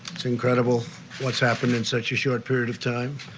it's incredible what's happening in such a short period of times.